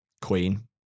Queen